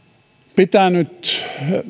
pitänyt